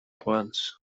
plans